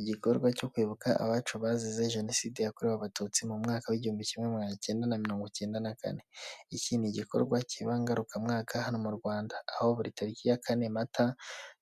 igikorwa cyo kwibuka abacu bazize jenoside yakorewe abatutsi mu mwaka w'igihumbi kimwe cyenda na mirongo icnda na kane iki ni igikorwa kiba ngarukamwaka hano mu rwanda aho buri tariki ya kane mata